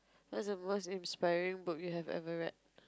what's the most inspiring book you have ever read